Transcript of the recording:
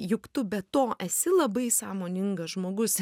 juk tu be to esi labai sąmoningas žmogus